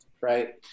right